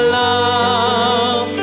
love